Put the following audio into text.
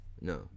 no